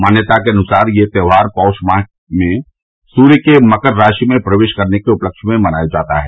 मान्यता के अनुसार यह त्योहार पौष माह में सूर्य के मकर राशि में प्रवेश करने के उपलक्ष्य में मनाया जाता है